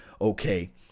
okay